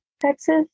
Texas